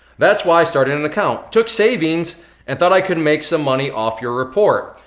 that's why i started an account. took savings and thought i could make some money off your report.